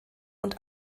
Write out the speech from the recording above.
und